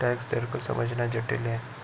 tax दर को समझना जटिल है